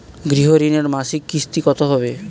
গৃহ ঋণের মাসিক কিস্তি কত হবে?